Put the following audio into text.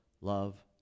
love